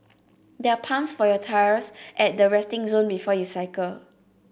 there are pumps for your tyres at the resting zone before you cycle